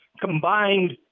combined